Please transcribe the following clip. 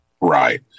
right